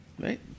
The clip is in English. right